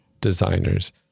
designers